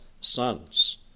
sons